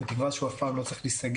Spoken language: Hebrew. בתקווה שהוא אף פעם לא צריך להיסגר.